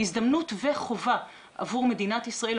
הזדמנות וחובה עבור מדינת ישראל,